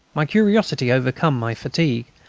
my curiosity overcame my fatigue.